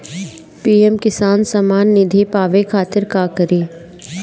PM Kisan Samman Nidhi पावे खातिर का करी?